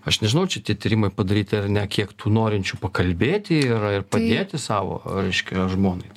aš nežinau čia tie tyrimai padaryti ar ne kiek tų norinčių pakalbėti yra ir padėti savo reiškia žmonai